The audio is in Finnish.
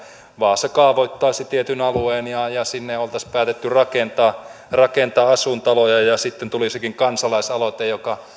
vaasa kaavoittaisi tietyn alueen ja sinne oltaisiin päätetty rakentaa rakentaa asuintaloja ja sitten tulisikin kansalaisaloite joka